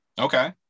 Okay